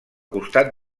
costat